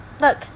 Look